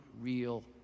real